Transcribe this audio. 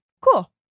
cool